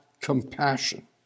compassion